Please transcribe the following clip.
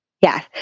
yes